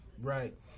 Right